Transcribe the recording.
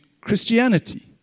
Christianity